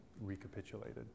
recapitulated